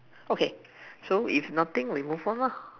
okay so if nothing we move on loh